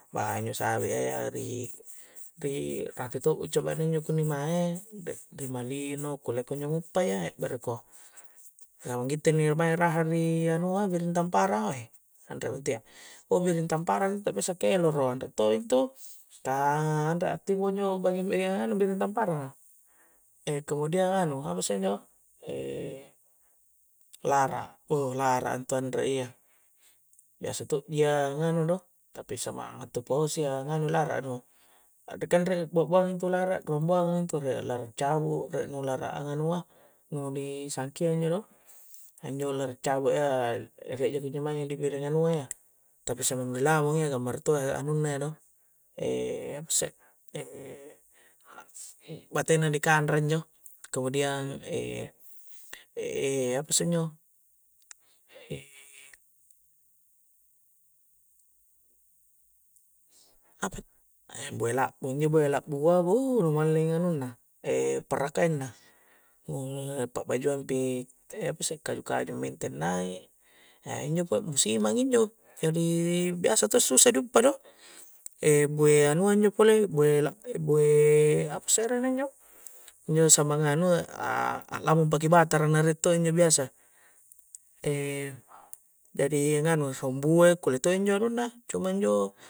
Maeng injo' sawi' ya iya ri' ri' rate' tommo coba' na injo' kunni' mae' re' malino kulle' ko injo' nguppa ya bere' ko samang gitte' inni' a'baya raha' ri' anua' biring' tamparang', eh' anre' mo to' iya, o biring tamparang' intu' biasa ke'lero anre' to' itu, kah anre' a'timbo' injo' biring tamparanga' e' kemudian anu' apa isse injo' e' lara' lara' intu' anre' ya, biasa to' ji iya nganu do, tapi samang attu' bosi'a nganu lara' a' do anre' kan re' bu-buahang' intu' lara' nu buangan intu' e' lara' cangu', re' nu lara' anganua' nu' di sangkianjo' do injo' lara' cangu' ya, re' kunjo' mange' di biringi anu'a ya tapi samang di lamu' ya gammara' to' anunna ya do' e' apa isse', e' bate'na di kanre injo', kemudian e' e' apa isse' injo' e' bue' la, injo' bue' la'bu'a buh lumalling anunna e' parakainna nu' nu' pa'bajuang pi e' apa sih' kaju'-kaju' minteng nai', e' injo' pa'busiman injo', jadi biasa to' susah diuppa' do e' bue' anuang injo' pole', bue' la' bue' apa isse' arenna' injo' injo' samang nganu' a', a' lampaki batara na re' to' injo' biasa e' jadi nganu' sombua' kulle' to' injo' anunna', cuma njo'.